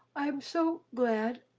i'm so, glad,